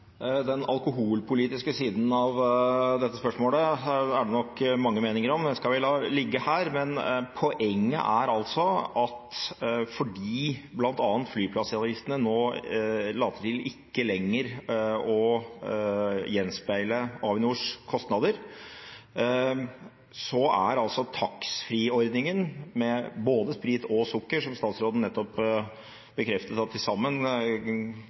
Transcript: Den alkoholpolitiske siden av dette spørsmålet er det nok mange meninger om, men det skal vi la ligge her. Poenget er at fordi bl.a. flyplassavgiftene nå ikke lenger later til å gjenspeile Avinors kostnader, vil taxfree-ordningen for både sprit og sukker, som statsråden nettopp bekreftet at til sammen